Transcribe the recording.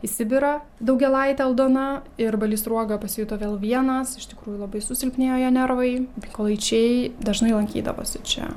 į sibirą daugėlaitė aldona ir balys sruoga pasijuto vėl vienas iš tikrųjų labai susilpnėjo jo nervai mykolaičiai dažnai lankydavosi čia